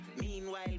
Meanwhile